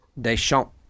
Deschamps